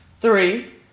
three